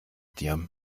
dir